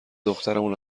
دخترمون